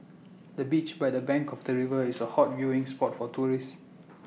the bench by the bank of the river is A hot viewing spot for tourists